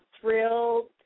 thrilled